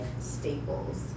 staples